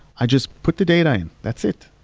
i just put the data in, that's it